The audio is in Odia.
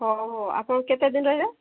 ହେଉ ହେଉ ଆପଣ କେତେ ଦିନ ରହିବେ